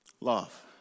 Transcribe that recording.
love